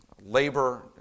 labor